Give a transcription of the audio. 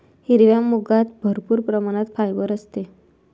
हिरव्या मुगात भरपूर प्रमाणात फायबर असते